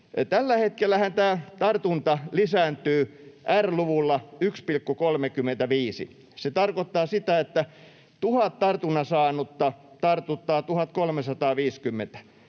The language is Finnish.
Tällä hetkellähän tämä tartunta lisääntyy R-luvulla 1,35. Se tarkoittaa sitä, että 1 000 tartunnan saanutta tartuttaa 1 350,